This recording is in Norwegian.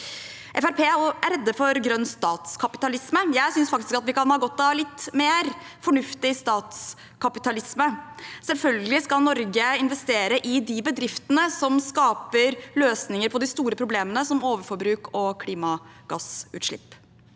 er redd for grønn statskapitalisme. Jeg synes faktisk at vi kan ha godt av litt mer fornuftig statskapitalisme. Selvfølgelig skal Norge investere i de bedriftene som skaper løsninger på de store problemene, som overforbruk og klimagassutslipp.